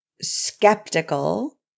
skeptical